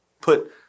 put